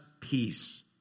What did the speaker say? peace